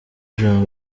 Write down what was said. ijambo